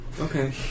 Okay